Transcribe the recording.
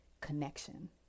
connection